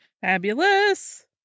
Fabulous